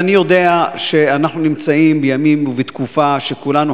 אז אני יודע שאנחנו נמצאים בימים ובתקופה שכולנו